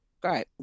Great